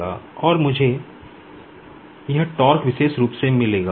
और मुझे यह विशेष रूप से मिलेगा